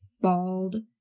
bald